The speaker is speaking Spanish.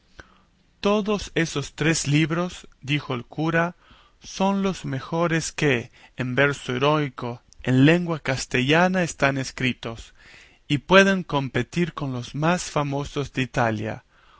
todos esos tres libros dijo el cura son los mejores que en verso heroico en lengua castellana están escritos y pueden competir con los más famosos